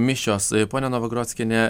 mišios ponia novagrockiene